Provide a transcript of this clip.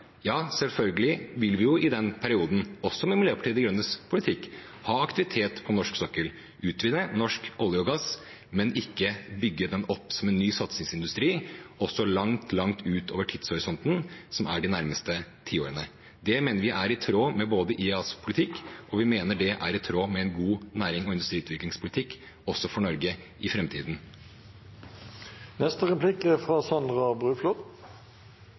Ja, selvfølgelig vil vi i den perioden – også med Miljøpartiet De Grønnes politikk – ha aktivitet på norsk sokkel, utvinne norsk olje og gass, men ikke bygge den opp som en ny satsingsindustri langt utover tidshorisonten, som er de nærmeste tiårene. Det mener vi er i tråd med både IEAs politikk og en god nærings- og industriutviklingspolitikk for Norge i